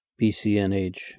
BCNH